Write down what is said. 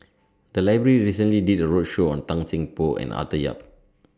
The Library recently did A roadshow on Tan Seng Poh and Arthur Yap